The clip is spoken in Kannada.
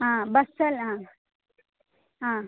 ಹಾಂ ಬಸ್ಸಲ್ಲಿ ಹಾಂ ಹಾಂ